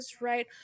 right